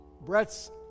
Brett's